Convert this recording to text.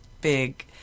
big